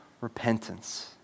repentance